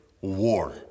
war